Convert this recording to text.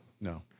No